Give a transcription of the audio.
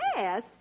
Yes